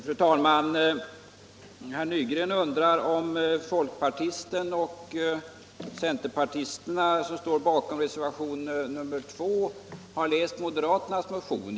Fru talman! Herr Nygren undrar om folkpartisten och centerpartisterna, som står bakom reservationen 2, har läst moderaternas motion.